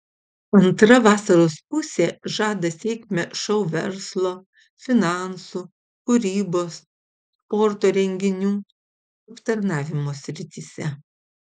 antra vasaros pusė žada sėkmę šou verslo finansų kūrybos sporto renginių aptarnavimo srityse